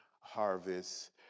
harvest